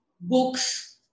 books